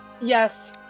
Yes